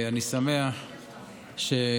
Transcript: אני שמח שחברי